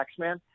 taxman